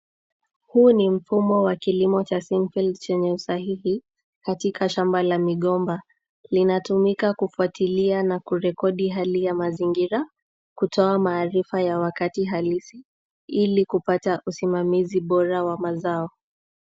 Huu ni mfumo wa kilimo cha sempe chenye usahihi katika shamba la migomba. Linatumika kufwatilia na kurekodi hali ya mazingira, kutoa maarifa ya wakati halisi ili kupata usimamizi bora wa mazao.